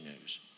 news